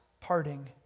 parting